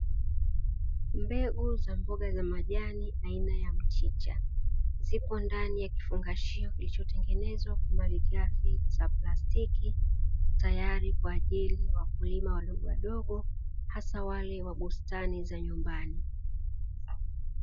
Mbegu za mboga za majani aina ya mchicha zipo ndani ya kifungashio kilichotengenezwa kwa malighafi za plastiki, tayari kwa ajili ya wakulima wadogo wadogo hasa wale wa bustani za nyumbani.